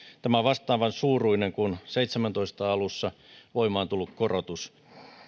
on vastaavan suuruinen kuin vuoden seitsemäntoista alussa voimaan tullut korotus